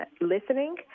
listening